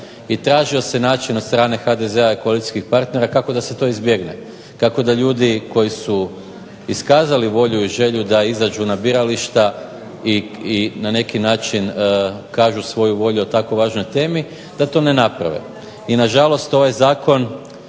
I tražio se način od strane HDZ-a i koalicijskih partnera kako da se to izbjegne, kako da ljudi koji su iskazali volju i želju da izađu na birališta i na neki način kažu svoju volju o tako važnoj temi da to ne naprave. I nažalost, ovaj zakon